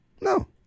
No